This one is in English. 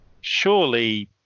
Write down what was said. surely